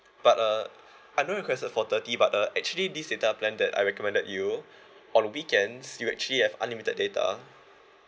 but uh I know you requested for thirty but uh actually this data plan that I recommended you on weekends you'll actually have unlimited data